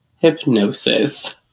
hypnosis